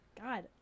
God